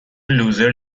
لوزر